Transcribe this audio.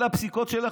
אלה הפסיקות שלך,